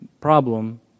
problem